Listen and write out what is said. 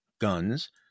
guns